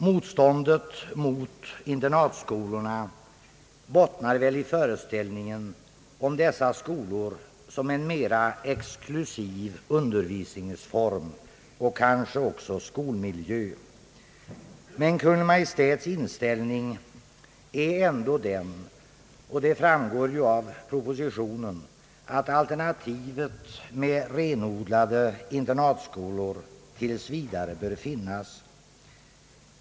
Motståndet mot internatskolorna bottnar väl i föreställningen om dessa skolor som en mera exklusiv undervisningsform och kanske även skolmiljö. Men Kungl. Maj:ts inställning är ändå den, och det framgår av propositionen, att alternativet med renodlade internatskolor tills vidare bör finnas.